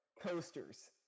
Coasters